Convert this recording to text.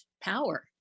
power